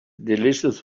delicious